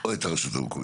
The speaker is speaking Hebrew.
או את הרשות המקומית.